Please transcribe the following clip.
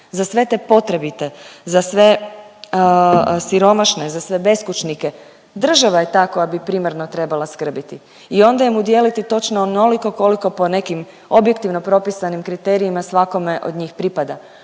za sve te potrebite, za sve siromašne, za sve beskućnike država je ta koja bi primarno trebala skrbiti i onda im udijeliti točno onoliko koliko po nekim objektivno propisanim kriterijima svakome od njih pripada.